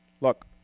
Look